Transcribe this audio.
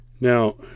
Now